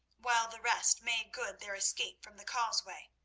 while the rest made good their escape from the causeway.